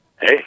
Hey